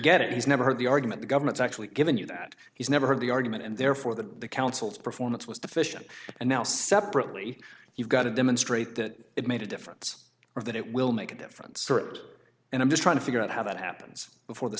get it he's never heard the argument the government's actually given you that he's never heard the argument and therefore that the counsel's performance was deficient and now separately you've got to demonstrate that it made a difference or that it will make a different sort and i'm just trying to figure out how that happens before the